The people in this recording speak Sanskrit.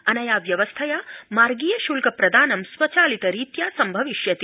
अनया व्यवस्थया मार्गीय श्ल्क प्रदानं स्वचालित रीत्या सम्भविष्यति